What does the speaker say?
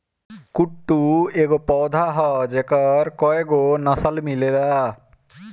कुटू एगो पौधा ह जेकर कएगो नसल मिलेला